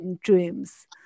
dreams